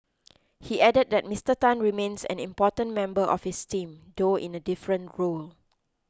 he added that Mister Tan remains an important member of his team though in a different role